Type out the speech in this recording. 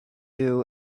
you